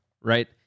Right